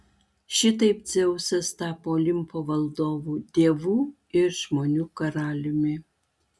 šitaip dzeusas tapo olimpo valdovu dievų ir žmonių karaliumi